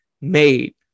made